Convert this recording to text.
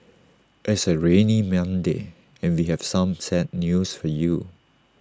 it's A rainy Monday and we have some sad news for you